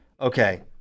Okay